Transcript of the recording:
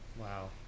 Wow